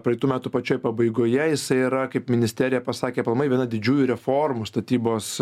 praeitų metų pačioj pabaigoje jisai yra kaip ministerija pasakė aplamai viena didžiųjų reformų statybos